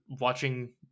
watching